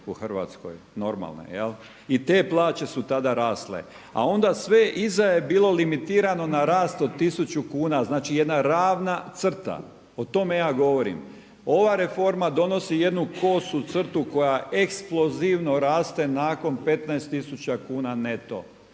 u Hrvatskoj, normalne. I te plaće su tada rasle. A onda sve iza je bilo limitirano na rast od 1000 kuna, znači jedna ravna crta. O tome ja govorim. Ova reforma donosi jednu kosu crtu koja eksplozivno raste nakon 15000 kuna neto.